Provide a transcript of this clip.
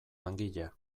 langilea